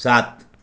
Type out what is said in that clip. सात